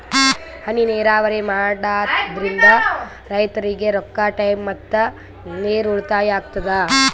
ಹನಿ ನೀರಾವರಿ ಮಾಡಾದ್ರಿಂದ್ ರೈತರಿಗ್ ರೊಕ್ಕಾ ಟೈಮ್ ಮತ್ತ ನೀರ್ ಉಳ್ತಾಯಾ ಆಗ್ತದಾ